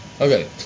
Okay